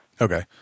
Okay